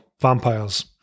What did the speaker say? vampires